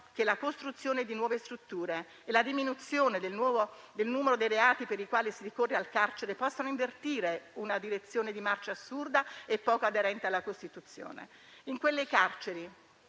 che la costruzione di nuove strutture e la diminuzione del numero dei reati per i quali si ricorre al carcere possano invertire una direzione di marcia assurda e poco aderente alla Costituzione. Se al fatto